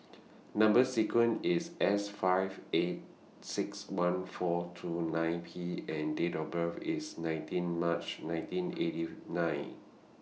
Number sequence IS S five eight six one four two nine P and Date of birth IS nineteen March nineteen eighty nine